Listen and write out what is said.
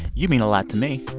you mean a lot to me.